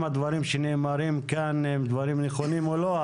הדברים שנאמרים כאן הם נכונים או לא.